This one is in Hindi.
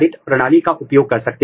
संकरण के लिए हम क्या करते हैं